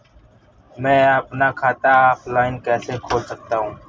मैं अपना खाता ऑफलाइन कैसे खोल सकता हूँ?